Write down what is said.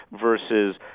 versus